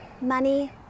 money